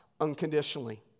unconditionally